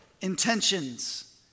intentions